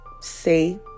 say